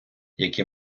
які